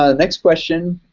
ah next question,